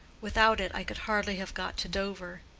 without it i could hardly have got to dover,